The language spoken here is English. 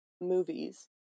movies